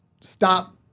stop